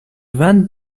vingt